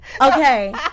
okay